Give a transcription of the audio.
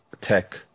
tech